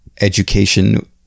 education